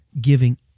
giving